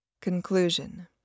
Conclusion